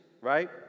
right